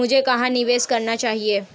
मुझे कहां निवेश करना चाहिए?